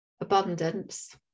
abundance